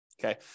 Okay